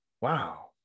Wow